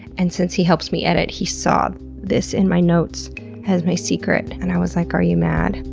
and since he helps me edit, he saw this in my notes as my secret and i was like, are you mad?